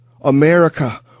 America